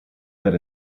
bet